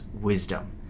wisdom